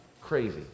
crazy